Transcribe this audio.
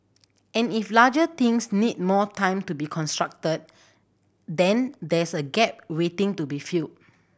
and if larger things need more time to be constructed then there's a gap waiting to be filled